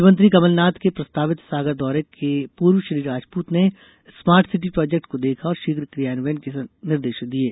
मुख्यमंत्री कमलनाथ के प्रस्तावित सागर दौरे के पूर्व श्री राजपूत ने स्मार्ट सिटी प्रोजेक्ट को देखा और शीघ्र कियान्वयन के निर्देश दिये